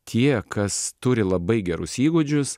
tie kas turi labai gerus įgūdžius